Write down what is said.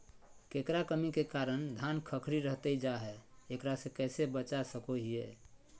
केकर कमी के कारण धान खखड़ी रहतई जा है, एकरा से कैसे बचा सको हियय?